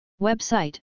Website